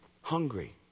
hungry